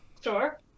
Sure